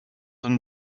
and